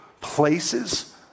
places